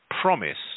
promise